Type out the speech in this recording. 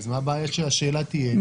מה הבעיה שהשאלה תהיה,